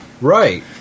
Right